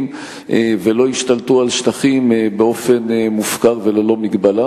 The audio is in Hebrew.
ולא ישתלטו על שטחים באופן מופקר וללא מגבלה.